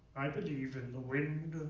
i believe in the wind.